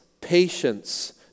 patience